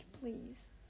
please